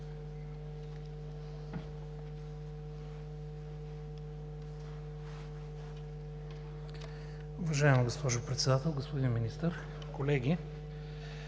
Уважаема госпожо Председател, господин Министър, колеги!